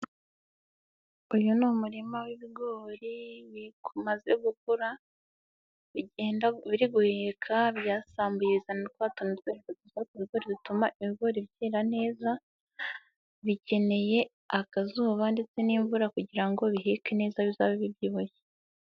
Uyu ni umurima w'ibigori bimaze gukura biri guheka byasambuye bizana twa tuntu dutuma ibigori byera neza bikeneyeye akazuba ndetse n'imvura kugira ngo biheke neza bizabe bibyibuye.